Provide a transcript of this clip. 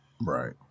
Right